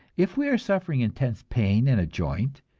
if we are suffering intense pain in a joint,